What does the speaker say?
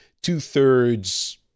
two-thirds